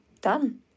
Done